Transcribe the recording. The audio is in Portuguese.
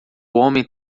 homem